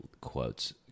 quotes